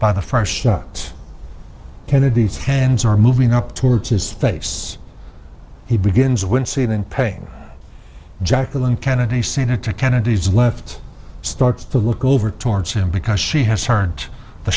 by the first shot kennedy's hands are moving up towards his face he begins when seen in pain jacqueline kennedy senator kennedy's left starts to look over towards him because she has turned the